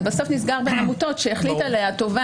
זה בסוף נסגר בין עמותות שהחליט עליהן התובע